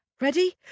Ready